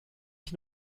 ich